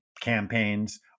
campaigns